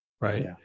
Right